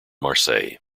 marseille